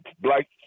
black